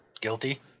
guilty